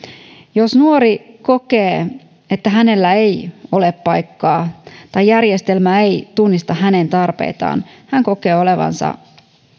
jos nuori kokee että hänellä ei ole paikkaa tai järjestelmä ei tunnista hänen tarpeitaan hän kokee olevansa